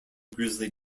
grizzly